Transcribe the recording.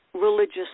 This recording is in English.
religious